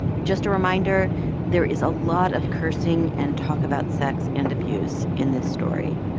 just a reminder there is a lot of cursing and talk about sex and abuse in this story.